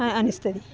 ಅನ್ನಿಸ್ತದೆ